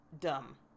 dumb